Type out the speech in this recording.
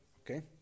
okay